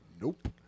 nope